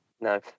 No